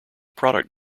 product